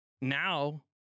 now